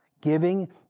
Giving